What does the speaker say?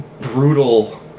brutal